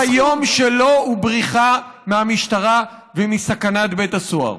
אני אומר שסדר-היום שלו הוא בריחה מהמשטרה ומסכנת בית הסוהר.